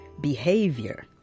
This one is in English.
behavior